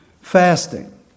Fasting